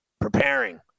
preparing